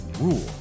rule